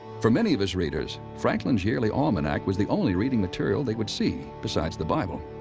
for many of his readers, franklin's yearly almanac was the only reading material they would see, besides the bible.